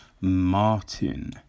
Martin